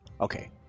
Okay